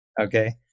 okay